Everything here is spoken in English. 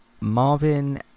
Marvin